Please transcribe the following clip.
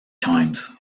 times